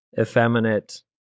effeminate